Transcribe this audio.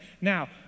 Now